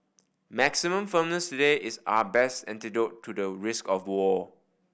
maximum firmness today is our best antidote to the risk of war